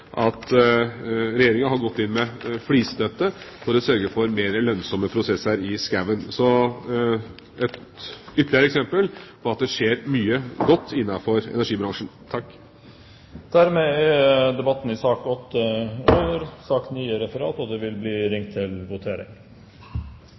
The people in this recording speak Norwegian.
at Regjeringa har gått inn med flisstøtte for å sørge for mer lønnsomme prosesser i skogen. Dette er et ytterligere eksempel på at det skjer mye godt innenfor energibransjen. Dermed er debatten i sak